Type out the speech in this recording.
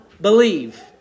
believe